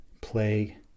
play